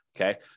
Okay